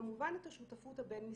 וכמובן את השותפות הבין-משרדית,